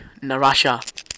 Narasha